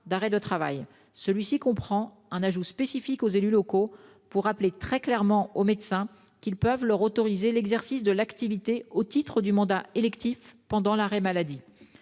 d'arrêt de travail. Celui-ci comprend l'ajout d'une mention spécialement réservée aux élus locaux pour rappeler très clairement aux médecins qu'ils peuvent les autoriser à exercer leur activité au titre du mandat électif pendant l'arrêt maladie.